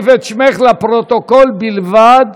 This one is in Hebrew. אני מוסיף את שמך לפרוטוקול בלבד.